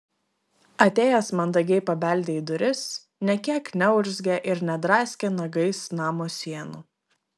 atėjęs mandagiai pabeldė į duris nė kiek neurzgė ir nedraskė nagais namo sienų